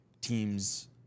teams